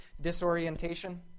disorientation